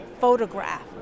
photograph